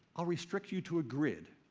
i'll restrict you to a grid?